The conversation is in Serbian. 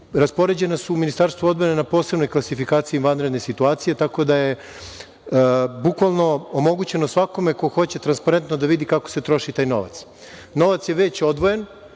Raspoređena Ministarstvu odbrane na posebnoj klasifikaciji, vanredne situacije, tako da je bukvalno omogućeno svakome ko hoće transparentno da vidi kako se troši taj novac. Novac je već odvojen.